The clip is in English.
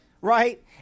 Right